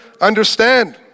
understand